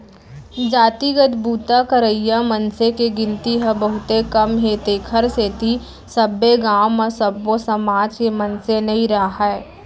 जातिगत बूता करइया मनसे के गिनती ह बहुते कम हे तेखर सेती सब्बे गाँव म सब्बो समाज के मनसे नइ राहय